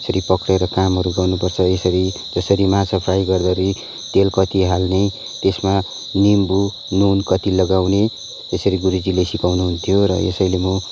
यसरी पक्रिएर कामहरू गर्नुपर्छ यसरी त्यसरी माछा फ्राई गर्दाखेरि तेल कति हाल्ने त्यसमा निम्बु नुन कति लगाउने यसरी गुरुजीले सिकाउनुहुन्थ्यो र यसैले म